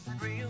real